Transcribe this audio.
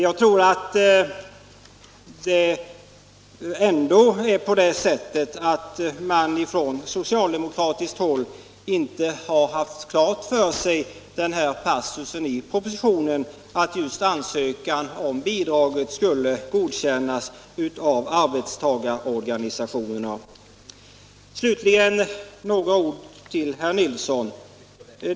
Jag tror ändå att socialdemokraterna inte uppmärksammat den här passusen i propositionen, att just ansökan om bidrag skall godkännas av arbetstagarorganisationerna. Slutligen några ord till herr Nilsson i Kalmar.